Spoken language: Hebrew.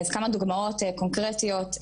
אז כמה דוגמאות קונקרטיות,